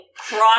Cross